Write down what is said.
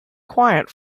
quiet